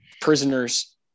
Prisoner's